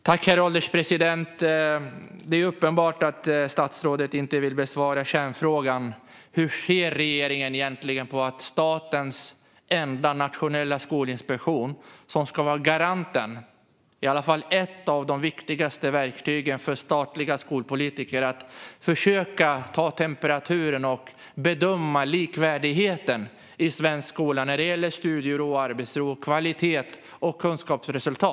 Herr ålderspresident! Det är uppenbart att statsrådet inte vill besvara kärnfrågan. Statens enda nationella skolinspektion ska vara garanten eller i alla fall ett av de viktigaste verktygen för statliga skolpolitiker när det gäller att försöka ta temperaturen på och bedöma likvärdigheten i svensk skola i fråga om studier, arbetsro, kvalitet och kunskapsresultat.